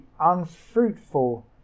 unfruitful